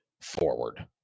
forward